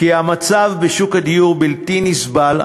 שהמצב בשוק הדיור בלתי נסבל,